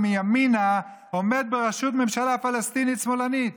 מימינה עומד בראשות ממשלה פלסטינית שמאלנית?